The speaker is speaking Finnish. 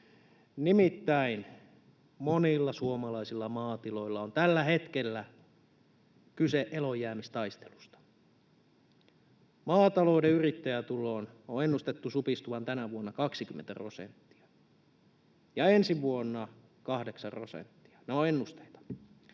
Nimittäin monilla suomalaisilla maatiloilla on tällä hetkellä kyse eloonjäämistaistelusta. Maatalouden yrittäjätulon on ennustettu supistuvan tänä vuonna 20 prosenttia ja ensi vuonna 8 prosenttia. Ne ovat ennusteita.